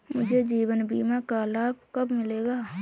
मुझे जीवन बीमा का लाभ कब मिलेगा?